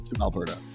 Alberta